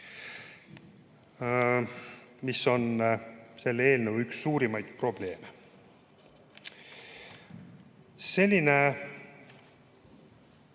mis on selle eelnõu üks suurimaid probleeme. Selline